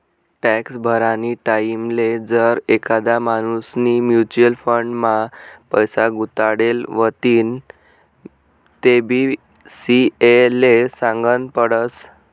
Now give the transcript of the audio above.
tax भरानी टाईमले जर एखादा माणूसनी म्युच्युअल फंड मा पैसा गुताडेल व्हतीन तेबी सी.ए ले सागनं पडस